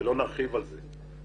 ולא נרחיב על כך את הדיבור.